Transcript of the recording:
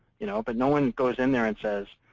you know but no one goes in there and says,